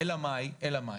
אלא מאי?